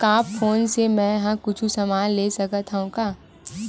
का फोन से मै हे कुछु समान ले सकत हाव का?